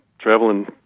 traveling